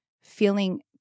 feeling